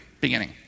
beginning